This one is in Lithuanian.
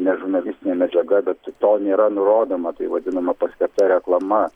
ne žurnalistinė medžiaga bet to nėra nurodoma tai vadinama paslėpta reklama